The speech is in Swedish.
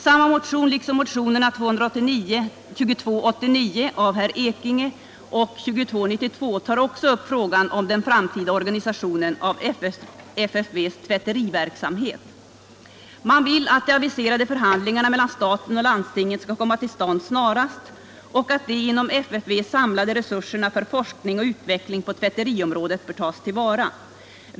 Samma motion liksom motionerna 2289 av herr Ekinge och 2292 av herr Nordgren m.fl. tar också upp frågan om den framtida organisationen av FFV:s tvätteriverksamhet. Man vill att de aviserade förhandlingarna mellan staten och landstingen skall komma till stånd snarast och att de inom FFV samlade resurserna för forskning och utveckling på tvätteriområdet bör tas till vara.